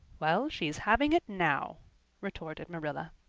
well, she's having it now retorted marilla.